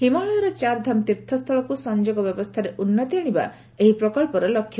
ହିମାଳୟର ଚାର୍ଧାମ ତୀର୍ଥସ୍ଥଳୀକୁ ସଂଯୋଗ ବ୍ୟବସ୍ଥାରେ ଉନ୍ଦତି ଆଣିବା ଏହି ପ୍ରକନ୍ସର ଲକ୍ଷ୍ୟ